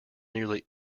nearly